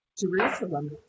Jerusalem